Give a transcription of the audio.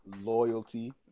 loyalty